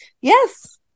Yes